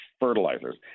fertilizers